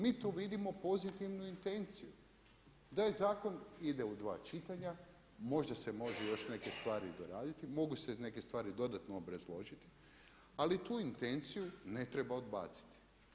Mi tu vidimo pozitivnu intenciju, da zakon ide u dva čitanje možda se može još neke stvari i doraditi, mogu se neke stvari dodatno obrazložiti ali tu intenciju ne treba odbaciti.